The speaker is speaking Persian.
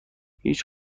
هیچ